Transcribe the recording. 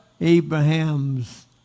Abraham's